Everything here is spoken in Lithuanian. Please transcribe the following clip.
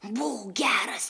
būk geras